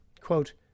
Quote